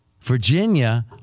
Virginia